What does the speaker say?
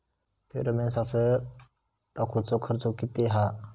Pheromone सापळे टाकूचो खर्च किती हा?